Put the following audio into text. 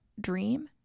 dream